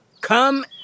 Come